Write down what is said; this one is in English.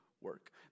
work